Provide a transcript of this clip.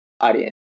audience